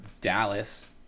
Dallas